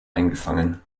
eingefangen